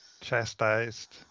Chastised